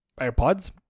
AirPods